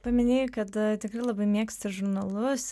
paminėjai kad tikrai labai mėgsti žurnalus